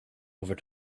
over